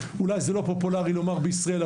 ואולי זה לא פופולארי לומר בישראל,